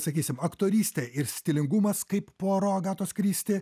sakysim aktorystė ir stilingumas kaip puaro agatos kristi